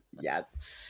yes